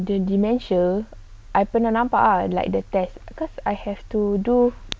the dementia I pernah nampak ah like the test to do